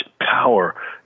power